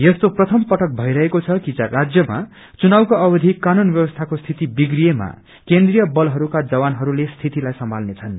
यस्तो प्रथम पटक भइरहेको छ कि राज्यमा चुनाउको अवधि कानून व्यवस्थाको स्थिति विप्रिएमा केन्द्रीय बतहरूका जवानहरूले स्थितिलाई संभाल्नेछन्